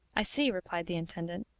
i see, replied the intendant